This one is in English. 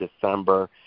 December